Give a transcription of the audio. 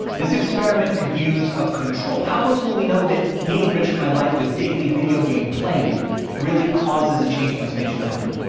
this experiment could use a control. how else will we know that me enriching my life with daily video game playing really causes a change in my spatial memory?